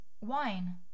wine